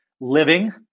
living